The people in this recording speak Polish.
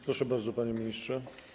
Proszę bardzo, panie ministrze.